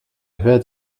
hört